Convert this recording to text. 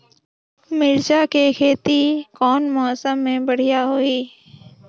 मिरचा के खेती कौन मौसम मे बढ़िया होही?